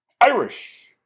Irish